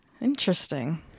Interesting